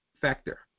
factor